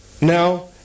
now